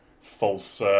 false